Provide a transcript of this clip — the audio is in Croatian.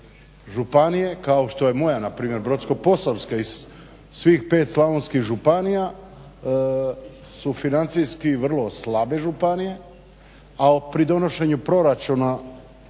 Županije kao što je moja na primjer Brodsko-posavska i svih 5 slavonskih županija su financijski vrlo slabe županije, a pri donošenju proračuna